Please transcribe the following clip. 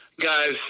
guys